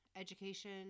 education